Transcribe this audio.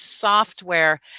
software